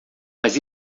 mas